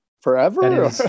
forever